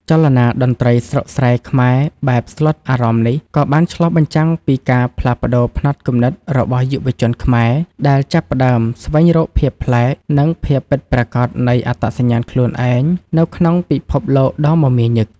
ចលនា តន្ត្រីស្រុកស្រែខ្មែរបែបស្លុតអារម្មណ៍នេះ ក៏បានឆ្លុះបញ្ចាំងពីការផ្លាស់ប្តូរផ្នត់គំនិតរបស់យុវជនខ្មែរ ដែលចាប់ផ្តើមស្វែងរកភាពប្លែក និងភាពពិតប្រាកដនៃអត្តសញ្ញាណខ្លួនឯងនៅក្នុងពិភពលោកដ៏មមាញឹក។